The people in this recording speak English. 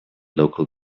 local